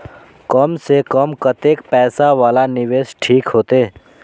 कम से कम कतेक पैसा वाला निवेश ठीक होते?